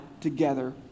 together